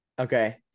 Okay